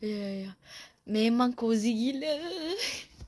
ya ya ya memang cosy gila